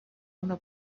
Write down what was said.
una